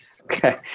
Okay